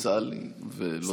הוצע לי ולא סירבתי.